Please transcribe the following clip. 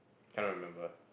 can't remember